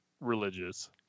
religious